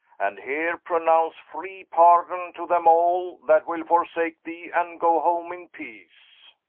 and heere pronounce free pardon to them all, that will forsake thee, and go home in peace